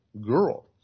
girl